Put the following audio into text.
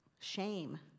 shame